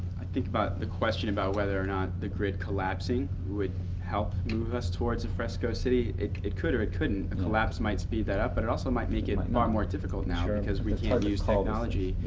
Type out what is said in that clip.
i think about the question about whether or not the grid collapsing would help move us towards a fresco city. it it could or it couldn't. and the collapse might speed that up, but it also might make it far more difficult now because we can't use technology.